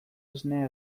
esnea